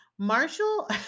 Marshall